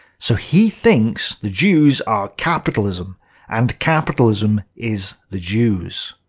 so he thinks the jews are capitalism and capitalism is the jews.